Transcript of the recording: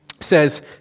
says